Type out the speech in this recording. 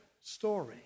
story